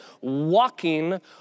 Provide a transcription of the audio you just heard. walking